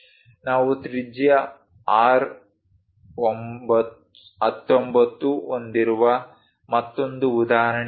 ನಾವು ತ್ರಿಜ್ಯ R19 ಹೊಂದಿರುವ ಮತ್ತೊಂದು ಉದಾಹರಣೆ ಇಲ್ಲಿದೆ